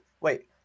Wait